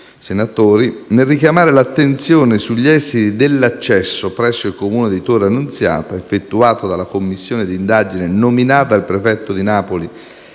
senatori, nel richiamare l'attenzione sugli esiti dell'accesso presso il Comune di Torre Annunziata effettuato dalla commissione di indagine nominata dal prefetto di Napoli